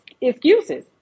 excuses